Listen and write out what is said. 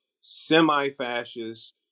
semi-fascists